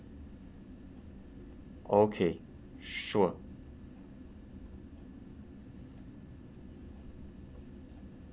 okay sure